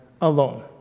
alone